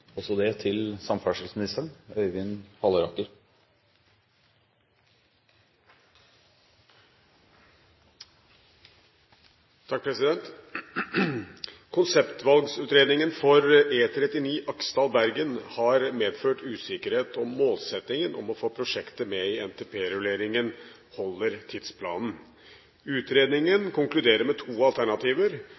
for E39 Aksdal–Bergen har medført usikkerhet om målsettingen om å få prosjektet med i NTP-rulleringen holder tidsplanen. Utredningen konkluderer med to alternativer,